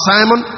Simon